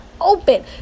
open